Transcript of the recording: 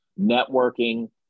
networking